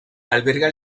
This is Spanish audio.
alberga